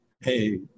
Hey